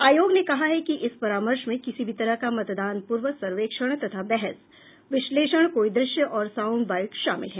आयोग ने कहा है कि इस परामर्श में किसी भी तरह का मतदान पूर्व सर्वेक्षण तथा बहस विश्लेषण कोई दृश्य और साउंड बाइट शामिल हैं